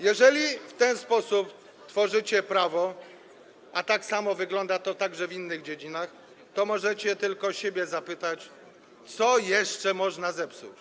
Jeżeli w ten sposób tworzycie prawo, a tak samo wygląda to w innych dziedzinach, to możecie tylko siebie zapytać, co jeszcze można zepsuć.